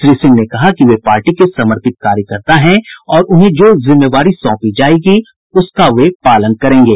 श्री सिंह ने कहा कि वे पार्टी के समर्पित कार्यकर्ता हैं और उन्हें जो जिम्मेवारी सौंपी जायेगी उसका वे पालन करेंगे